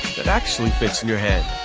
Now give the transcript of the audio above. that actually fits in your hand.